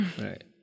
Right